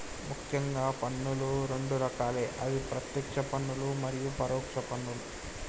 ముఖ్యంగా పన్నులు రెండు రకాలే అవి ప్రత్యేక్ష పన్నులు మరియు పరోక్ష పన్నులు